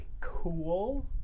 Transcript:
cool